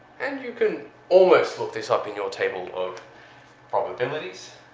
and you can almost look this up in your table of probabilities.